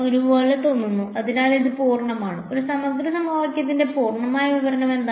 ഒരു പോലെ തോന്നുന്നു അതിനാൽ ഇത് പൂർണ്ണമാണ് ഈ സമഗ്ര സമവാക്യത്തിന്റെ പൂർണ്ണമായ വിവരണം എന്താണ്